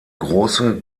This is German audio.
grosse